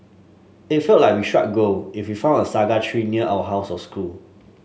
it felt like we shrug gold if we found a saga tree near our house or school